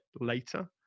later